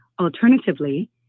Alternatively